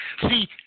See